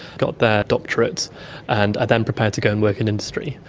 got their doctorates and are then prepared to go and work in industry.